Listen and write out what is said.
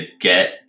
get